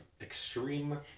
extreme